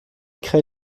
crée